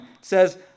says